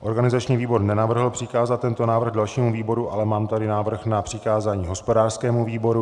Organizační výbor nenavrhl přikázat tento návrh dalšímu výboru, ale mám tady návrh na přikázání hospodářskému výboru.